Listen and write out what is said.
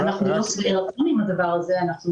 אנחנו לא שבעי רצון מן המצב הזה.